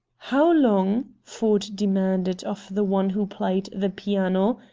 how long, ford demanded of the one who played the piano,